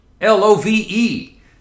L-O-V-E